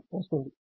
V2 వస్తుంది